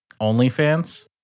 OnlyFans